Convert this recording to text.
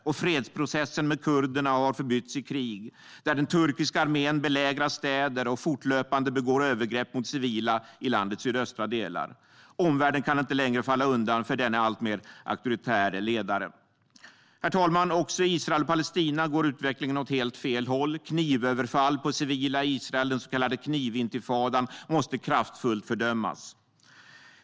Och fredsprocessen med kurderna har förbytts i krig, där den turkiska armén belägrar städer och fortlöpande begår övergrepp mot civila i landets sydöstra delar. Omvärlden kan inte längre falla undan för denne alltmer auktoritäre ledare. Herr talman! Också i Israel och Palestina går utvecklingen åt helt fel håll. Knivöverfall på civila i Israel, den så kallade knivintifadan, måste kraftfullt fördömas.